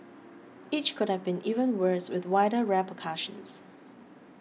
each could have been even worse with wider repercussions